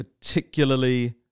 particularly